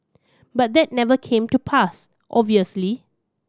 but that never came to pass obviously